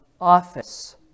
office